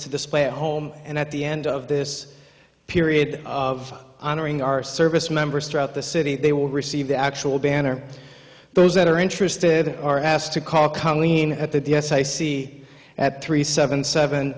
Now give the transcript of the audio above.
to display at home and at the end of this period of honoring our service members throughout the city they will receive the actual banner those that are interested are asked to call colleen at that yes i see at three seven seven